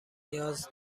نیاز